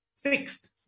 fixed